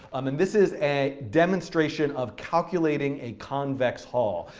um and this is a demonstration of calculating a convex hull.